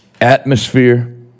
Atmosphere